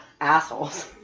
assholes